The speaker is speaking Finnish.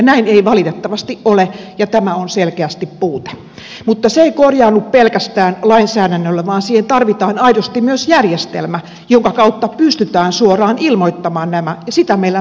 näin ei valitettavasti ole ja tämä on selkeästi puute mutta se ei korjaannu pelkästään lainsäädännöllä vaan siihen tarvitaan aidosti myös järjestelmä jonka kautta pystytään suoraan ilmoittamaan nämä ja sitä meillä valitettavasti ei ole